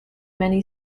many